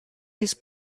his